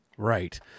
Right